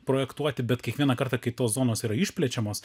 projektuoti bet kiekvieną kartą kai tos zonos yra išplečiamos